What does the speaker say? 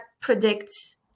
predicts